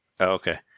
Okay